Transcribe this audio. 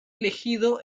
elegido